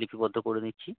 লিপিবদ্ধ করে নিচ্ছি